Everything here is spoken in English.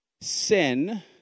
sin